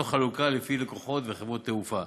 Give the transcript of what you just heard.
תוך חלוקה לפי לקוחות וחברות תעופה.